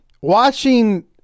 watching